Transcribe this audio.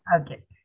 Okay